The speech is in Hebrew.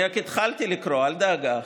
אני רק התחלתי לקרוא, אל דאגה.